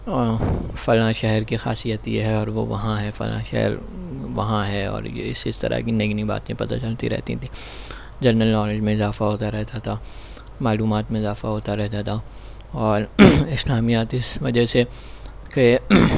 فلاں شہر کی خاصیت یہ ہے اور وہ وہاں ہے فلاں شہر وہاں ہے اور یہ اس اس طرح کی نئی نئی باتیں پتہ چلتی رہتی تھیں جنرل نالج میں اضافہ ہوتا رہتا تھا معلومات میں اضافہ ہوتا رہتا تھا اور اسلامیاتی اس وجہ سے کہ